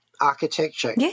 architecture